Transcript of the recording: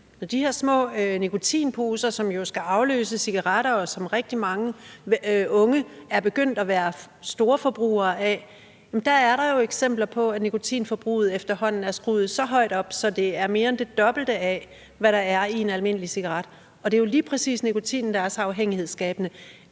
at de her små nikotinposer, som jo skal afløse cigaretter, og som rigtig mange unge er begyndt at være storforbrugere af, efterhånden har fået skruet nikotinforbruget så højt op, at det er mere end det dobbelte af, hvad der er i en almindelig cigaret. Og det er jo lige præcis nikotinen, der er så afhængighedsskabende.